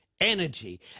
Energy